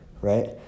right